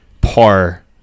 par